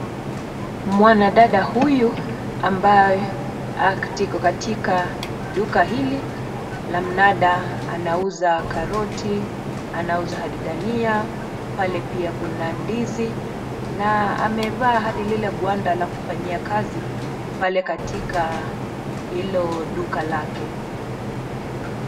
Mwanadada huyu ambaye ako katika duka hili la mnada anauza karoti, anauza hadi dania, pale pia kuna ndizi na amevaa hadi lile gwanda la kufanyia kazi pale katika hilo duka lake.